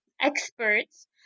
experts